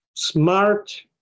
smart